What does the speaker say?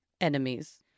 enemies